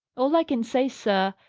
all i can say, sir,